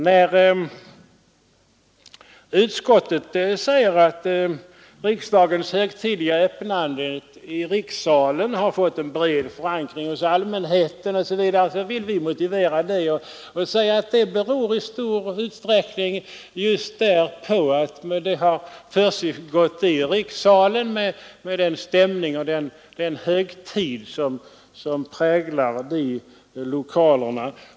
När utskottet säger att riksdagens högtidliga öppnande i rikssalen har fått en bred förankring hos allmänheten osv. vill vi motivera det och säga att det beror i stor utsträckning just därpå att öppnandet har försiggått i rikssalen med den stämning och den högtid som präglar denna lokal.